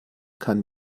kann